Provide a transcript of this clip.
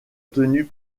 tenue